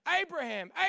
Abraham